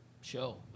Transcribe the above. show